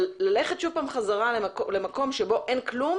אבל ללכת שוב פעם חזרה למקום שבו אין כלום,